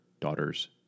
daughters